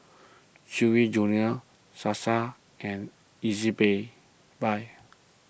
Chewy Junior Sasa and Ezbuy buy